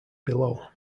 below